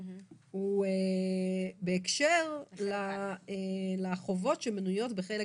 הוא בהקשר לחובות שמנויות בחלק